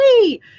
hey